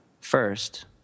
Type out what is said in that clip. first